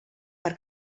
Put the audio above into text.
per